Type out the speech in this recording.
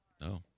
No